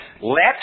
let